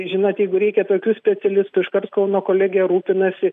žinot jeigu reikia tokių specialistų iškart kauno kolegija rūpinasi